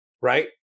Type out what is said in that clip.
Right